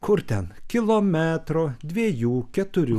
kur ten kilometro dviejų keturių